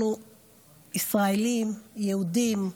אנחנו ישראלים, יהודים.